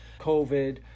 COVID